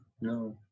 no